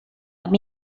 amb